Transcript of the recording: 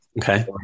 okay